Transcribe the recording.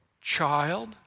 child